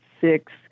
six